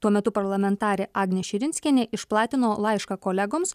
tuo metu parlamentarė agnė širinskienė išplatino laišką kolegoms